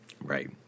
Right